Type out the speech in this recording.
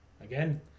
again